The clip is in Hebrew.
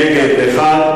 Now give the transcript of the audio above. כך,